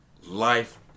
life